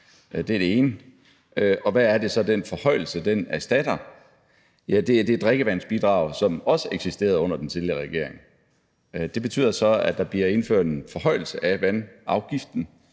regering. Og hvad er det så, den forhøjelse erstatter? Ja, det er det drikkevandsbidrag, som også eksisterede under den tidligere regering. Det betyder så, at der bliver indført en forhøjelse af vandafgiften,